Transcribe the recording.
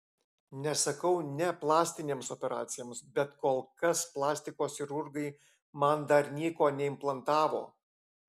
nesakau ne plastinėms operacijoms bet kol kas plastikos chirurgai man dar nieko neimplantavo